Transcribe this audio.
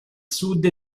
sud